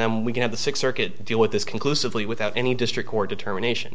then we can have the six circuit to deal with this conclusively without any district court determination